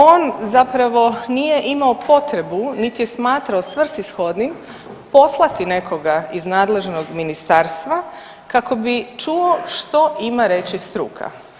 On zapravo nije imao potrebu niti je smatrao svrsishodnim poslati nekoga iz nadležnog ministarstva kako bi čuo što ima reći struka.